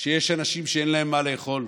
יש אנשים שאין להם מה לאכול,